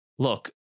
Look